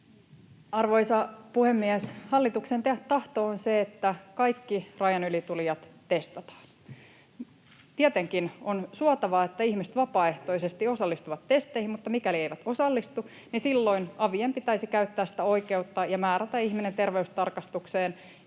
Arvoisa puhemies! Hallituksen tahto on se, että kaikki rajan yli tulijat testataan. Tietenkin on suotavaa, että ihmiset vapaaehtoisesti osallistuvat testeihin, mutta mikäli eivät osallistu, niin silloin avien pitäisi käyttää sitä oikeutta ja määrätä ihminen terveystarkastukseen,